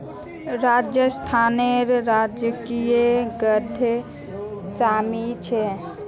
राजस्थानेर राजकीय गाछ शमी छे